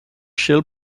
shell